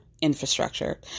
infrastructure